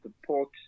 support